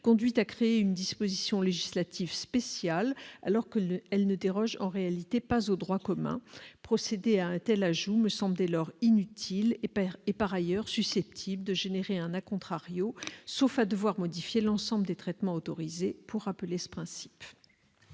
conduit à créer une disposition législative spéciale, alors qu'elle ne déroge en réalité pas au droit commun. Un tel ajout me semble dès lors inutile et susceptible par ailleurs de générer un, sauf à devoir modifier l'ensemble des traitements autorisés pour rappeler ce principe.